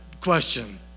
question